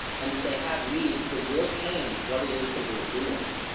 and that they have needs that will change what it is that we're doing,